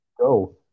Go